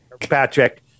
patrick